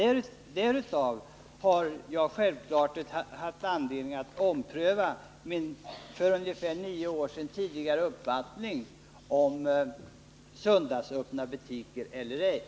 Därför har jag självfallet haft anledning att ompröva den uppfattning om söndagsöppna butiker som jag hade för ungefär nio år sedan.